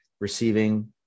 receiving